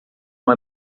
uma